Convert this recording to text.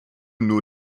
nur